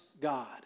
God